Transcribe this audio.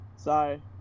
Sorry